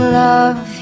love